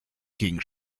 ging